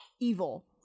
evil